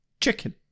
chicken